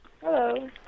hello